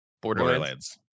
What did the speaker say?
Borderlands